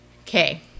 okay